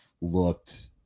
looked